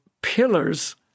pillars